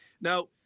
Now